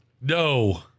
No